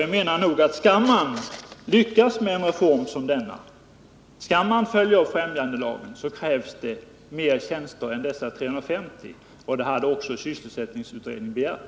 Jag menar att om man skall lyckas med en reform som denna, krävs det fler tjänster än dessa 350 — och det hade även sysselsättningsutredningen begärt.